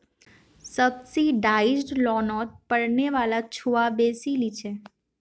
subsidised लोनोत पढ़ने वाला छुआ बेसी लिछेक